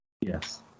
Yes